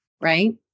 Right